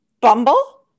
Bumble